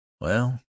Well